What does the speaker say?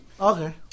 Okay